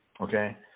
okay